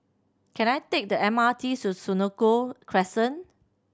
can I take the M R T to Senoko Crescent